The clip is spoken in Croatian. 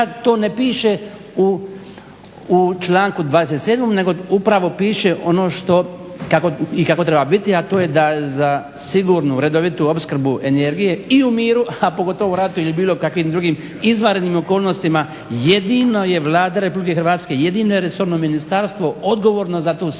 to ne piše u članku 27.nego upravo piše ono što i kako treba biti, a to je za sigurnu i redovitu opskrbu energije i u miru, a pogotovo u ratu ili bilo kakvim drugim izvanrednim okolnostima jedino je Vlada RH jedino je resorno ministarstvo odgovorno za tu sigurnu